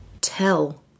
tell